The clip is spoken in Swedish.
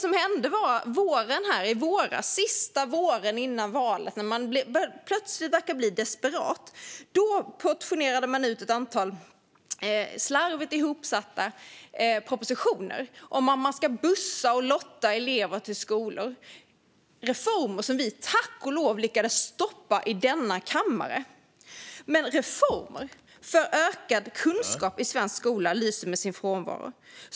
Men i våras, sista våren före valet, blev man plötsligt desperat och portionerade ut ett antal slarvigt ihopsatta propositioner om att bussa och lotta elever till skolor. Dessa reformer lyckades vi tack och lov stoppa här i kammaren. Reformer för ökad kunskap i svensk skola lyste dock med sin frånvaro.